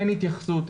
אין התייחסות,